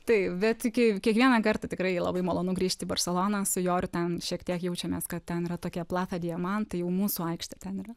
taip bet kiek kiekvieną kartą tikrai labai malonu grįžt į barseloną su joriu ten šiek tiek jaučiamės kad ten yra tokia placha di jaman tai jau mūsų aikštė ten yra